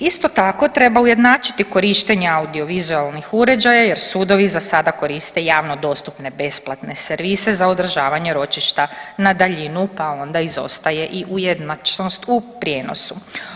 Isto tako treba ujednačiti korištenje audio vizualnih uređaja jer sudovi zasada koriste javno dostupne besplatne servise za održavanje ročišta na daljinu pa onda izostaje i ujednačenost u prijenosu.